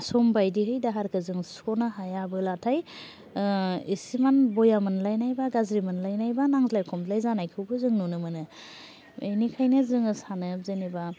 सम बायदियै दाहारखौ जों सुख'नो हायाबोलाथाय एसेमान ब'या मोनलायनाय बा गाज्रि मोनलायनाय बा नांज्लाय खमज्लाय जानायखौबो जों नुनो मोनो बेनिखायनो जोङो सानो जेनेबा